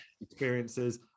experiences